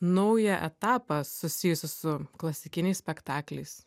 naują etapą susijusį su klasikiniais spektakliais